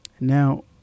Now